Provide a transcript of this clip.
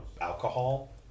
alcohol